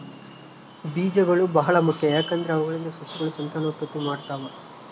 ಬೀಜಗಳು ಬಹಳ ಮುಖ್ಯ, ಯಾಕಂದ್ರೆ ಅವುಗಳಿಂದ ಸಸ್ಯಗಳು ಸಂತಾನೋತ್ಪತ್ತಿ ಮಾಡ್ತಾವ